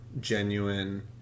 genuine